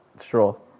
Stroll